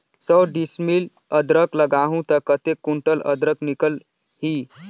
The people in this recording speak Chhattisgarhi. सौ डिसमिल अदरक लगाहूं ता कतेक कुंटल अदरक निकल ही?